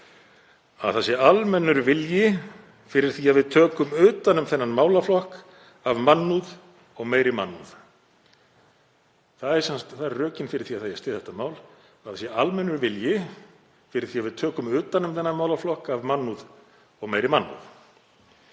forseta, „almennur meiri hluti fyrir því að við tökum utan um þennan málaflokk af mannúð, meiri mannúð“. Það eru sem sagt rökin fyrir því að það eigi að styðja þetta mál, að það sé almennur vilji fyrir því að við tökum utan um þennan málaflokk af mannúð og meiri mannúð.